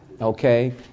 Okay